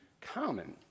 common